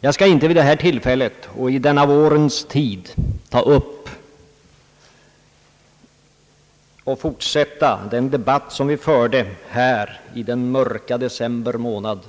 Jag skall inte i denna vårens tid fortsätta den debatt som vi förde här i den mörka december månad.